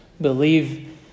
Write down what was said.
believe